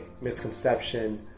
misconception